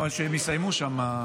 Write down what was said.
שהם יסיימו שם.